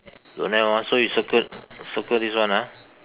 don't have ah so you circle circle this one ah